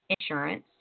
insurance